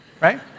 right